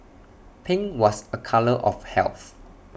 pink was A colour of health